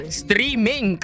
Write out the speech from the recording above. streaming